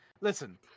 listen